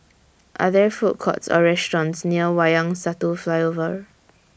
Are There Food Courts Or restaurants near Wayang Satu Flyover